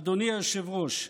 אדוני היושב-ראש,